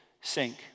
sink